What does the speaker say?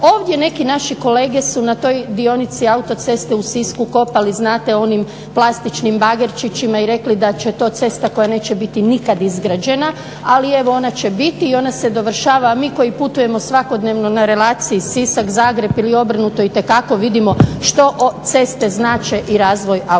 Ovdje neki naši kolege su na toj dionici autoceste u Sisku kopali znate onim plastičnim bagerčićima i rekli da je to cesta koja neće biti nikada izgrađena. Ali evo ona će biti i ona se dovršava, a mi koji putujemo svakodnevno na relaciji Sisak-Zagreb ili obrnuto itekako vidimo što ceste znače i razvoj autocesta.